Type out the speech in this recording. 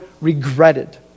regretted